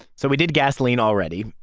so we did gasoline already.